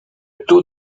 taux